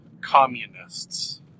communists